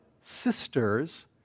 sisters